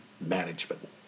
management